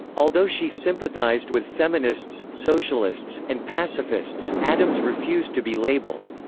although she sympathized with feminists, socialists, and pacifists, addams refused to be labeled.